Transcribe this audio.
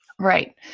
Right